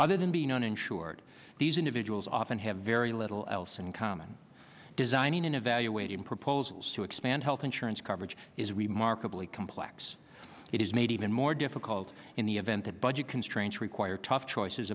other than being uninsured these individuals often have very little else in common design in evaluating proposals to expand health insurance coverage is remarkably complex it is made even more difficult in the event that budget constraints require tough choices